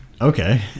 Okay